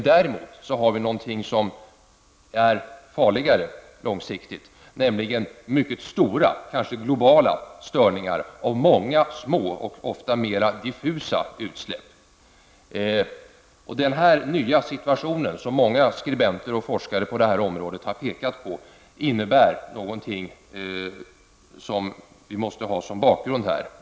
Däremot har vi någonting som är farligare långsiktigt, nämligen mycket stora och kanske globala störningar av många små, ofta mera diffusa utsläpp. Denna nya situation, som många skribenter och forskare har pekat på, är någonting som vi måste ha som bakgrund här.